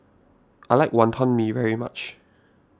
I like Wonton Mee very much